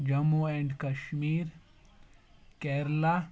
Jammu and Kashmir Kerala